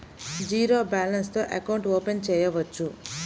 Zero balance తో account open చేయవచ్చు?